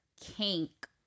kink